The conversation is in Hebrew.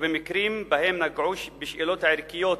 ובמקרים שבהם נגעו בשאלות הערכיות